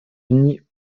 unis